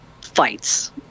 fights